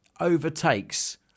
overtakes